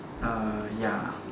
ya